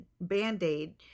band-aid